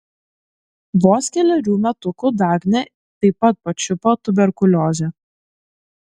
vos kelerių metukų dagnę taip pat pačiupo tuberkuliozė